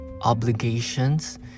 obligations